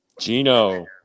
gino